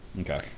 Okay